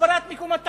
הגברת מקומות התעסוקה,